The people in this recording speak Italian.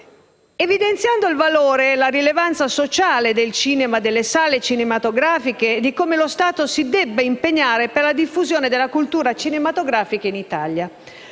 evidenziando il valore e la rilevanza sociale del cinema e delle sale cinematografiche e di come lo Stato si debba impegnare per la diffusione della cultura cinematografica in Italia.